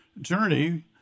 journey